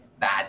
bad